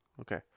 okay